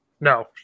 no